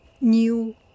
new